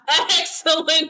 excellent